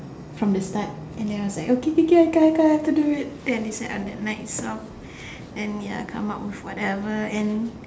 from the start and then I was like okay okay I did it on the night itself and ya came up with whatever ya